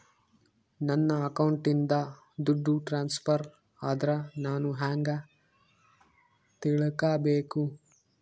ನನ್ನ ಅಕೌಂಟಿಂದ ದುಡ್ಡು ಟ್ರಾನ್ಸ್ಫರ್ ಆದ್ರ ನಾನು ಹೆಂಗ ತಿಳಕಬೇಕು?